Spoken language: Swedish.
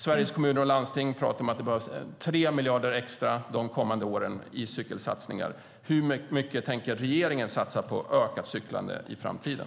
Sveriges Kommuner och Landsting pratar om att det behövs 3 miljarder kronor extra i cykelsatsningar de kommande åren. Hur mycket tänker regeringen satsa på ökat cyklande i framtiden?